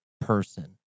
person